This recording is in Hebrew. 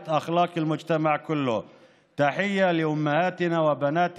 במלואה מבחינת התפקיד הגדול שהיא ממלאת בחינוך הדורות ובעיצוב